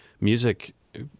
music